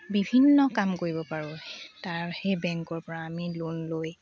বিভিন্ন কাম কৰিব পাৰোঁ তাৰ সেই বেংকৰ পৰা আমি লোন লৈ